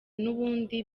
n’ubundi